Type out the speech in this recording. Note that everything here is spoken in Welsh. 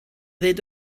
ddweud